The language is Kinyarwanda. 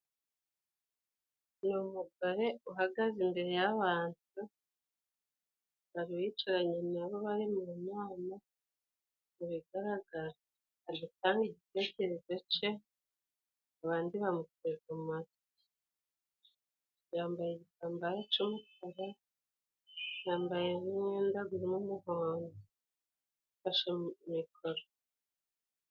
Ni umugore uhagaze imbere y'abantu, bari bicaranye nabo bari mu nama mu bigaragara, aje gutanga igitekerezo cye, abandi bamuteze amatwi yambaye igitambaro cy'umukara , yambaye n'umwenda urimo umuhondo afashe mikoro.